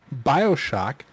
Bioshock